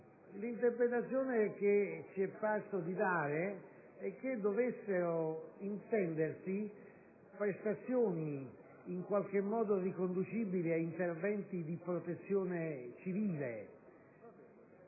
L'interpretazione che ci è parso di poter fornire è che dovessero intendersi prestazioni in qualche modo riconducibili ad interventi di protezione civile.